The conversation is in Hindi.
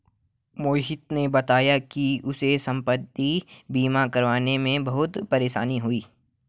मोहित ने बताया कि उसे संपति बीमा करवाने में बहुत परेशानी हुई